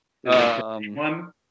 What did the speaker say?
One